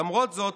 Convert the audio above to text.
למרות זאת,